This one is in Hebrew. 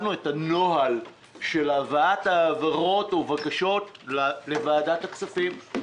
הנוהל של הבאת ההעברות או בקשות לוועדת הכספים.